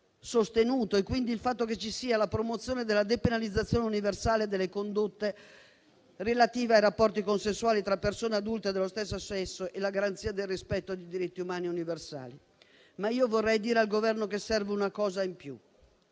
sostenuto e, quindi, il fatto che ci sia la promozione della depenalizzazione universale delle condotte relative ai rapporti consensuali tra persone adulte dello stesso sesso e la garanzia del rispetto dei diritti umani universali. Vorrei dire però al Governo che serve una cosa in più,